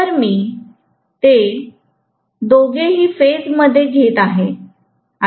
तर मी ते दोघेही फेजमद्धे घेत आहे